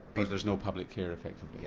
because there's no public care effectively? yeah